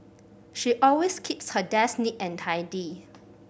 she always keeps her desk neat and tidy